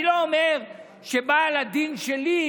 אני לא אומר שבעל הדין שלי,